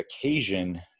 occasion